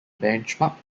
benchmark